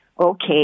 okay